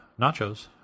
nachos